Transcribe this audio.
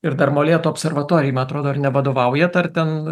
ir dar molėtų observatorijojai man atrodoar nevadovaujat ar ten